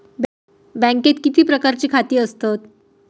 बँकेत किती प्रकारची खाती असतत?